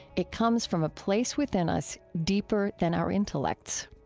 it comes from a place within us deeper than our intellects.